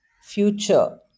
Future